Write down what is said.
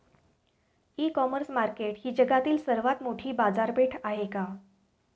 इ commerce market ही जगातील सर्वात मोठी बाजारपेठ आहे का?